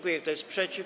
Kto jest przeciw?